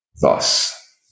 Thus